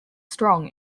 strong